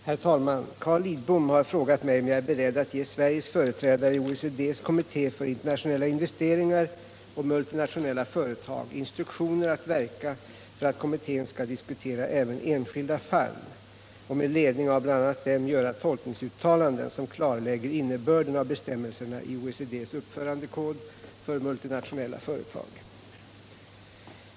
Herr talman! Carl Lidbom har frågat mig om jag är beredd att ge Sveriges företrädare i OECD:s kommitté för internationella investeringar och multinationella företag instruktioner att verka för att kommittén skall diskutera även enskilda fall och med ledning av bl.a. dem göra tolkningsuttalanden, som klarlägger innebörden av bestämmelserna i OECD:s uppförandekod för multinationella företag.